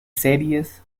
series